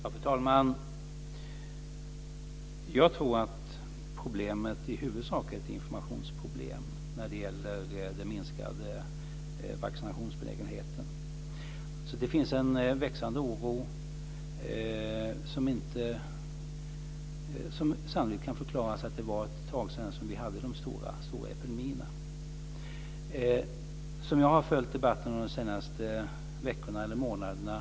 Fru talman! Jag tror att det, när det gäller den minskade vaccinationsbenägenheten, i huvudsak är ett informationsproblem. Det finns en växande oro som sannolikt kan förklaras av att det var ett tag sedan vi hade de stora svåra epidemierna. Jag har följt debatten under de senaste veckorna eller månaderna.